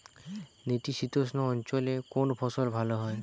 নাতিশীতোষ্ণ অঞ্চলে কোন ফসল ভালো হয়?